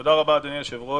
תודה רבה, אדוני היושב-ראש.